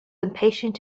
impatient